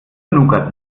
nougat